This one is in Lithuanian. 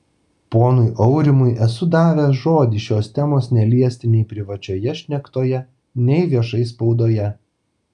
ponui aurimui esu davęs žodį šios temos neliesti nei privačioje šnektoje nei viešai spaudoje